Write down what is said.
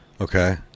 Okay